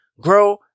grow